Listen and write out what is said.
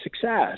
success